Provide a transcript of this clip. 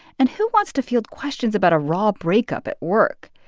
and who wants to field questions about a raw breakup at work?